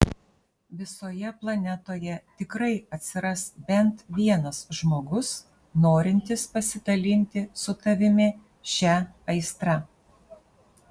visoje planetoje tikrai atsiras bent vienas žmogus norintis pasidalinti su tavimi šia aistra